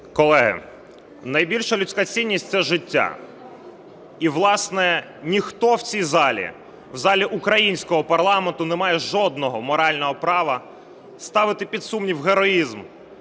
Колеги, найбільша людська цінність – це життя. І, власне, ніхто в цій залі, в залі українського парламенту не має жодного морального права ставити під сумнів героїзм